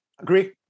Agree